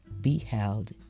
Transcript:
beheld